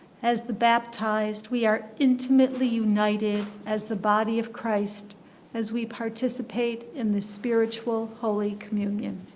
as the baptized we are intimately united as the body of christ as we participate in the spiritual holy communion.